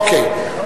אוקיי.